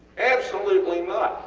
absolutely not.